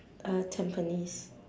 tampines